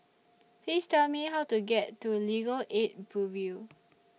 Please Tell Me How to get to Legal Aid Bureau